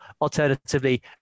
alternatively